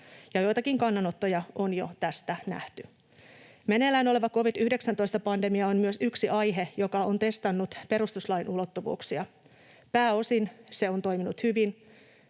joitakin kannanottoja on tästä jo nähty. Meneillään oleva covid-19-pandemia on myös yksi aihe, joka on testannut perustuslain ulottuvuuksia. Pääosin se on toiminut hyvin.